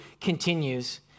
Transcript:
continues